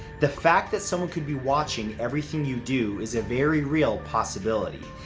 the fact that someone could be watching everything you do is a very real possibility.